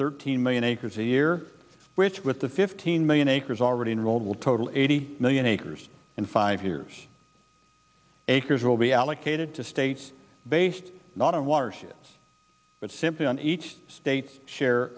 thirteen million acres a year which with the fifteen million acres already enrolled will total eighty million acres in five years acres will be allocated to states based not of watersheds but simply on each state's share